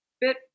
bit